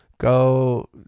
Go